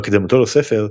בהקדמתו לספר,